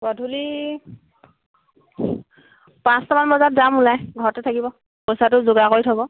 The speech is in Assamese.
গধূলি পাঁচটামান বজাত যাম ওলাই ঘৰতে থাকিব পইচাটো যোগাৰ কৰি থ'ব